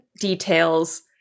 details